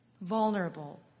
vulnerable